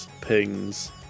pings